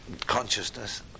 consciousness